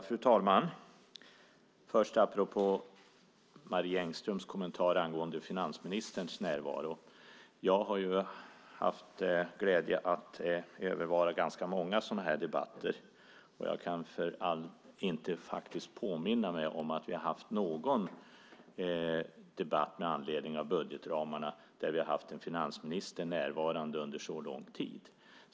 Fru talman! Apropå Marie Engströms kommentar angående finansministerns närvaro vill jag säga att jag har haft glädjen att övervara ganska många sådana här debatter, och jag kan faktiskt inte påminna mig om att vi har haft någon debatt med anledning av budgetramarna där vi har haft en finansminister närvarande under så lång tid.